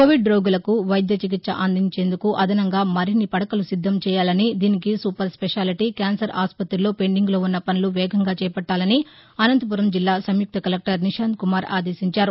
Covid రోగులకు వైద్య చికిత్సఅందించేందుకు అదసంగా మరిన్ని పదకలు సిద్దం చేయాలని దీనికి సూపర్స్పెషాలిటీ క్యాన్సర్ ఆస్పతిలో పెండింగ్లో వున్న పనులు వేగంగా చేపట్టాలనిఅనంతపురం జిల్లా సంయుక్త కలెక్లర్ నిశాంత్కుమార్ ఆదేశించారు